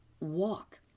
walk